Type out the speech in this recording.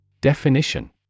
Definition